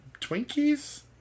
Twinkies